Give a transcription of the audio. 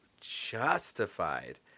justified